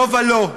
לא ולא.